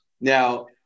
now